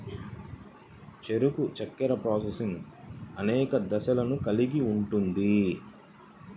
చెరకు చక్కెర ప్రాసెసింగ్ అనేక దశలను కలిగి ఉంటుంది